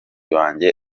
banjye